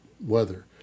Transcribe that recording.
weather